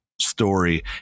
story